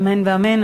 אמן ואמן.